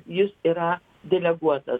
jis yra deleguotas